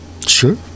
Sure